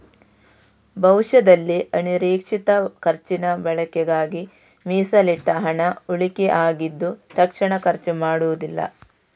ಭವಿಷ್ಯದಲ್ಲಿ ಅನಿರೀಕ್ಷಿತ ಖರ್ಚಿನ ಬಳಕೆಗಾಗಿ ಮೀಸಲಿಟ್ಟ ಹಣ ಉಳಿಕೆ ಆಗಿದ್ದು ತಕ್ಷಣ ಖರ್ಚು ಮಾಡುದಿಲ್ಲ